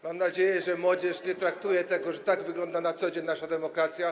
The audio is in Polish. Mam nadzieję, że młodzież nie traktuje tego, że tak wygląda na co dzień nasza demokracja.